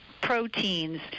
Proteins